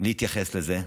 להתייחס לזה,